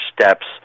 steps